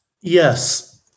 Yes